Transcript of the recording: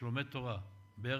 שלומד תורה בארץ-ישראל,